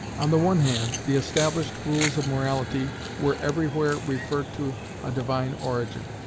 on the one hand, the established rules of morality were everywhere referred to a divine origin.